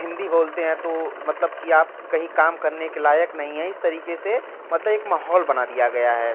हिन्दी बोलते हैं तो मतलब कि आप कहीं काम करने के लायक नहीं हैं इस तरीके से मतलब एक माहौल बना दिया गया है